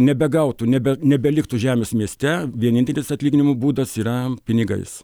nebegautų nebe nebeliktų žemės mieste vienintelis atlyginimo būdas yra pinigais